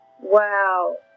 wow